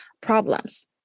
problems